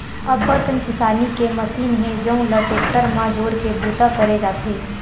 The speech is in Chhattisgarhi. अब्बड़ कन किसानी के मसीन हे जउन ल टेक्टर म जोरके बूता करे जाथे